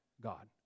God